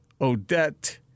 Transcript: Odette